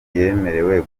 yemerewe